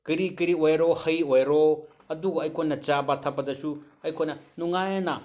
ꯀꯔꯤ ꯀꯔꯤ ꯑꯣꯏꯔꯣ ꯍꯩ ꯑꯣꯏꯔꯣ ꯑꯗꯨꯒ ꯑꯩꯈꯣꯏꯅ ꯆꯥꯕ ꯊꯛꯄꯗꯁꯨ ꯑꯩꯈꯣꯏꯅ ꯅꯨꯡꯉꯥꯏꯅ